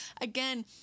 again